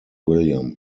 william